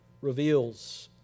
reveals